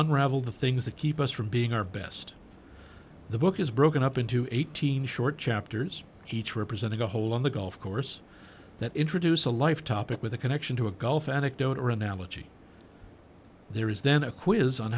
unravel the things that keep us from being our best the book is broken up into eighteen short chapters each representing a hole on the golf course that introduce a life topic with a connection to a golf anecdote or analogy there is then a quiz on